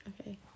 Okay